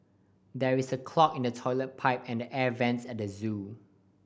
there is a clog in the toilet pipe and the air vents at the zoo